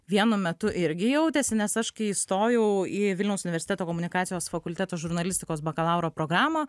vienu metu irgi jautėsi nes aš kai įstojau į vilniaus universiteto komunikacijos fakulteto žurnalistikos bakalauro programą